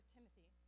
Timothy